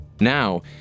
Now